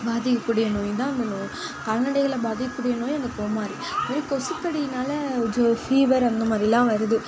பாதிக்கக்கூடிய நோயுந்தான் அந்த நோ கால்நடைகளை பாதிக்கூடிய நோய் அந்த கோமாரி இன்னும் கொசுக்கடினால் ஜோ ஃபீவர் அந்த மாதிரிலாம் வருது